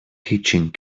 teaching